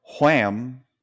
Wham